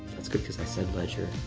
that's good cause i said ledger.